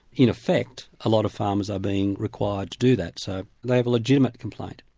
in effect, a lot of farmers are being required to do that, so they have a legitimate complaint.